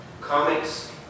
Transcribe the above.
comics